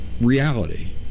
reality